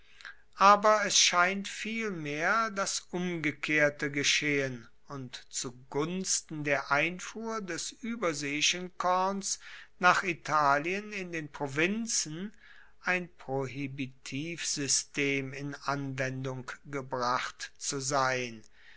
aber es scheint vielmehr das umgekehrte geschehen und zu gunsten der einfuhr des ueberseeischen korns nach italien in den provinzen ein prohibitivsystem in anwendung gebracht zu sein